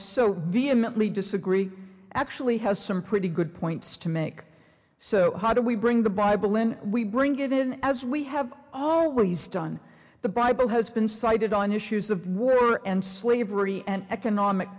so vehemently disagree actually has some pretty good points to make so how do we bring the bible when we bring it in as we have always done the bible has been cited on issues of war and slavery and economic